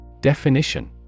Definition